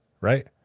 Right